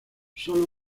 solo